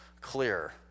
clear